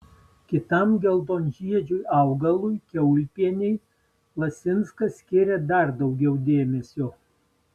kitam geltonžiedžiui augalui kiaulpienei lasinskas skiria dar daugiau dėmesio